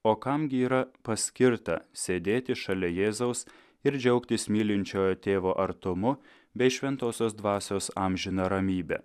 o kam gi yra paskirta sėdėti šalia jėzaus ir džiaugtis mylinčiojo tėvo artumu bei šventosios dvasios amžina ramybe